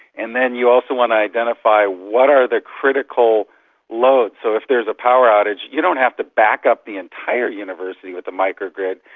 and then you also want to identify what are the critical loads. so if there is a power outage you don't have to back up the entire university with a micro-grid,